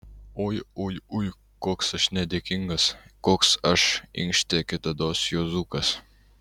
ui ui ui koks aš nedėkingas koks aš inkštė kitados juozukas